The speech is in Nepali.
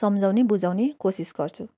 सम्झाउने बुझाउने कोसिस गर्छु